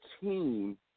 team